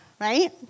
right